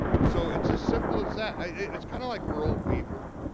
so it's as simple as that. it's kind of like earl weaver.